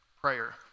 prayer